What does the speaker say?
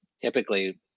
typically